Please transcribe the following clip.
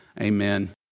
amen